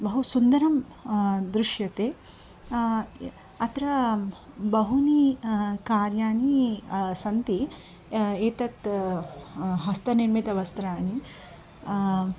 बहु सुन्दरं दृश्यते अत्र बहूनि कार्याणि सन्ति एतत् हस्तनिर्मितवस्त्राणि